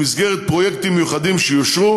במסגרת פרויקטים מיוחדים שיאושרו.